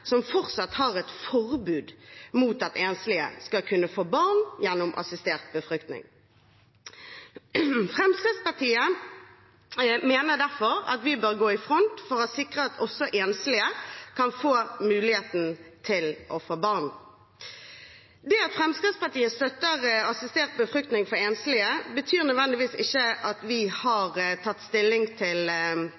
som fortsatt har et forbud mot at enslige skal kunne få barn gjennom assistert befruktning. Fremskrittspartiet mener derfor at vi bør gå i front for å sikre at også enslige kan få muligheten til å få barn. Det at Fremskrittspartiet støtter assistert befruktning for enslige, betyr ikke nødvendigvis at vi har